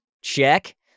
Check